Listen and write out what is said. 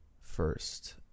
first